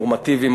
נורמטיביים,